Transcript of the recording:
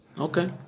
Okay